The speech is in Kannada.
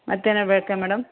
ಮತ್ತೇನಾದ್ರ್ ಬೇಕಾ ಮೇಡಮ್